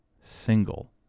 single